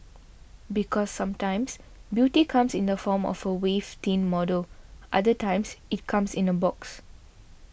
because sometimes beauty comes in the form of a waif thin model other times it comes in a box